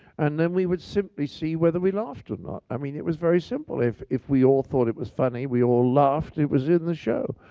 and then we would simply see whether we laughed or not. i mean it was very simple. if if we all thought it was funny, we all laughed, it was in the show.